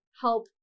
help